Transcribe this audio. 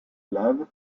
laves